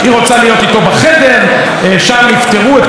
שם יפתרו את כל הסוגיות שעומדות על סדר-היום.